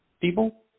people